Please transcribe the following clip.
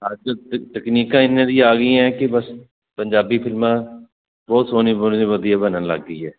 ਅੱਜ ਤਕਨੀਕਾ ਇਹਨਾਂ ਦੀ ਆ ਗਈ ਹੈ ਕਿ ਬਸ ਪੰਜਾਬੀ ਫਿਲਮਾਂ ਬਹੁਤ ਸੋਹਣੀ ਬੋਲਣੀ ਵਧੀਆ ਬਣਨ ਲੱਗ ਗਈ ਹੈ